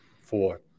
four